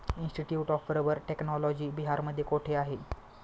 Institute of rubber technology बिहारमध्ये कोठे आहे?